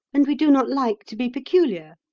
and we do not like to be peculiar?